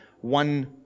one